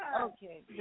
Okay